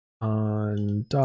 on